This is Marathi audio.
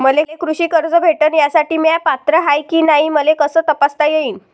मले कृषी कर्ज भेटन यासाठी म्या पात्र हाय की नाय मले कस तपासता येईन?